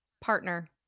partner